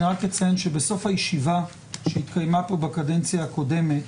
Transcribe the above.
אני רק אציין שבסוף הישיבה שהתקיימה פה בקדנציה הקודמת,